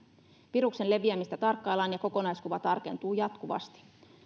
viruksen leviämistä tarkkaillaan ja kokonaiskuva tarkentuu jatkuvasti